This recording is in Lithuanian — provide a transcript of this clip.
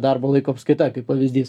darbo laiko apskaita kaip pavyzdys